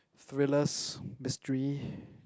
thrillers mystery